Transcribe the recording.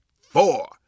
four